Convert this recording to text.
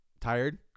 tired